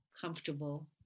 comfortable